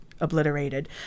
obliterated